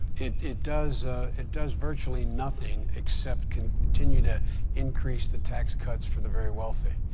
it it does it does virtually nothing, except continue to increase the tax cuts for the very wealthy.